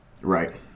Right